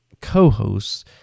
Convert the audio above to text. co-hosts